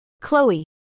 Chloe